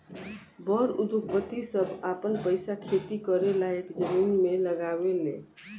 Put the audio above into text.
बड़ उद्योगपति सभ आपन पईसा खेती करे लायक जमीन मे लगावे ले